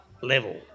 level